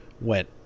went